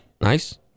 Nice